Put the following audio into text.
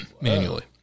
manually